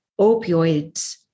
opioids